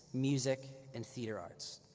music, and theater arts.